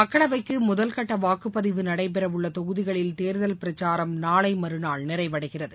மக்களவைக்கு முதல் கட்ட வாக்குப்பதிவு நடைபெறவுள்ள தொகுதிகளில் தேர்தல் பிரச்சாரம் நாளை மறுநாள் நிறைவடைகிறது